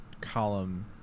column